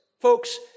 Folks